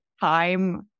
time